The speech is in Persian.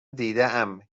دیدهام